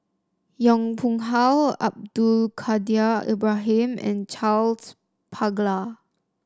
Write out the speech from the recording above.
Yong Pung How Abdul Kadir Ibrahim and Charles Paglar